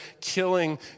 killing